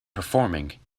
performing